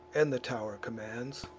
and the tow'r commands.